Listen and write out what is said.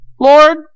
Lord